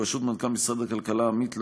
בראשות מנכ״ל משרד הכלכלה עמית לנג,